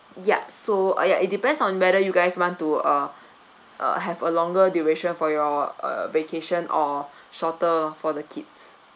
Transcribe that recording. yup so uh ya it depends on whether you guys want to uh uh have a longer duration for your uh vacation or shorter for the kids